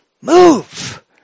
Move